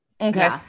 okay